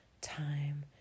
time